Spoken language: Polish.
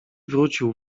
wrócił